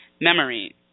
memory